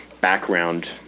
background